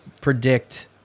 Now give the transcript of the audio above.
predict